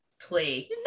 play